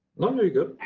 no no you're good!